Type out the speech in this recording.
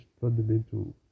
fundamental